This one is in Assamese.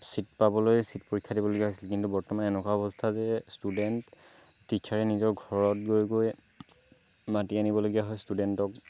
চিট পাবলৈ চিট পৰীক্ষা দিবলগীয়া হৈছিল কিন্তু বৰ্তমান এনেকুৱা অৱস্থা যে ষ্টুডেণ্ট টিশ্বাৰে নিজৰ ঘৰত গৈ গৈ মাতি আনিবলগীয়া হয় ষ্টুডেণ্টক